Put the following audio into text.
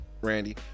Randy